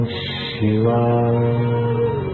Shiva